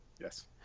Yes